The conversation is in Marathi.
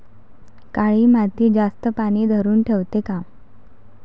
काळी माती जास्त पानी धरुन ठेवते का?